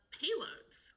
payloads